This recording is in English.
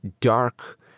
dark